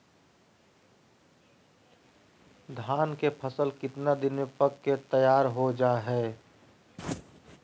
धान के फसल कितना दिन में पक के तैयार हो जा हाय?